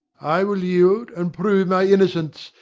i will yield, and prove my innocence,